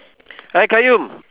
hi qayyum